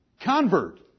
convert